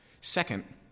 Second